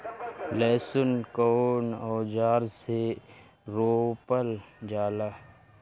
लहसुन कउन औजार से रोपल जाला?